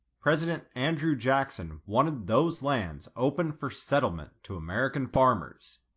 president andrew jackson wanted those lands open for settlement to american farmers.